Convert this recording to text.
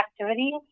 activities